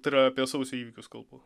tai yra apie sausio įvykius kalbu